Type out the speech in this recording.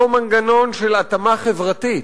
אותו מנגנון של התאמה חברתית,